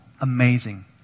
amazing